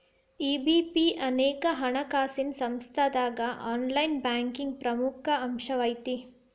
EBP ಅನೇಕ ಹಣಕಾಸಿನ್ ಸಂಸ್ಥಾದಾಗ ಆನ್ಲೈನ್ ಬ್ಯಾಂಕಿಂಗ್ನ ಪ್ರಮುಖ ಅಂಶಾಐತಿ